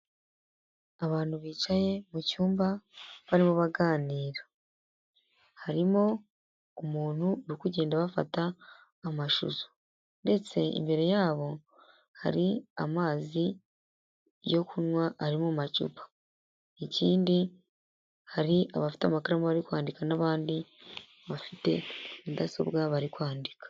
Abantu bicaye mu cyumba, barimo baganira, harimo umuntu uri kugenda abafata amashusho, ndetse imbere yabo hari amazi yo kunywa ari mu macupa, ikindi hari abafite amakaramu bari kwandika n'abandi bafite mudasobwa bari kwandika.